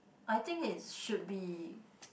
I think it's should be